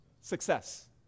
success